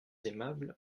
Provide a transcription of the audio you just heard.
aimable